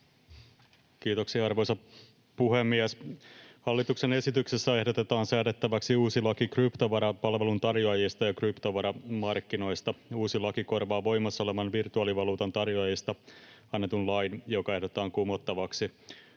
Kiitoksia, arvoisa puhemies! Hallituksen esityksessä ehdotetaan säädettäväksi uusi laki kryptovarapalvelun tarjoajista ja kryptovaramarkkinoista. Uusi laki korvaa voimassa olevan virtuaalivaluutan tarjoajista annetun lain, joka ehdotetaan kumottavaksi.